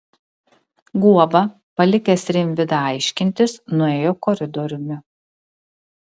guoba palikęs rimvydą aiškintis nuėjo koridoriumi